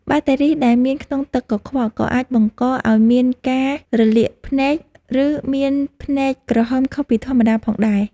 បាក់តេរីដែលមានក្នុងទឹកកខ្វក់ក៏អាចបង្កឱ្យមានការរលាកភ្នែក ឬមានភ្នែកក្រហមខុសពីធម្មតាផងដែរ។